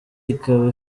ikaba